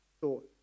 thought